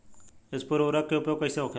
स्फुर उर्वरक के उपयोग कईसे होखेला?